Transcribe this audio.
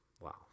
Wow